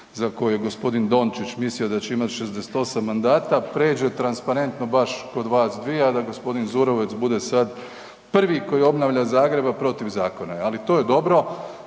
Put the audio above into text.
za koju je g. Dončić mislio da će imat 68 mandata pređe transparentno baš kod vas dvije, a da g. Zurovec bude sad prvi koji obnavlja Zagreb, a protiv zakona je, ali to je dobro,